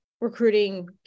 recruiting